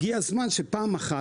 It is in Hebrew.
הגיע הזמן שפעם אחת,